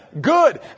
good